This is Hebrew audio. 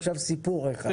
עכשיו סיפור אחד,